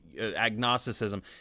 agnosticism